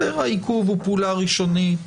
העיכוב הוא פעולה ראשונית